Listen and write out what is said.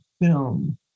film